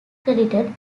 credited